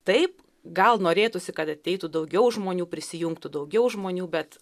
taip gal norėtųsi kad ateitų daugiau žmonių prisijungtų daugiau žmonių bet